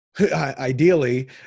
ideally